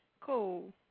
Cool